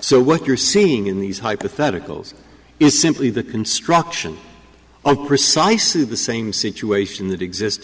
so what you're seeing in these hypotheticals is simply the construction on precisely the same situation that existed